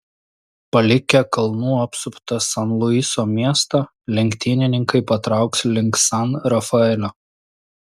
palikę kalnų apsuptą san luiso miestą lenktynininkai patrauks link san rafaelio